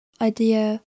idea